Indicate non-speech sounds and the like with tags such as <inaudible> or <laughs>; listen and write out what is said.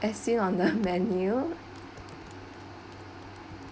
as seen on <laughs> the menu